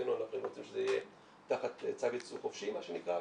מבחינתנו אנחנו רוצים שזה יהיה תחת צו ייצוא חופשי מה שנקרא,